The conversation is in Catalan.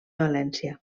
valència